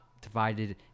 divided